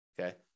Okay